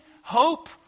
hope